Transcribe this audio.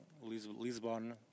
Lisbon